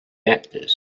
reactors